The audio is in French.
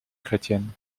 chrétienne